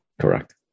correct